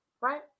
right